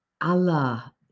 Allah